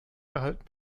erhalten